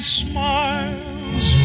smiles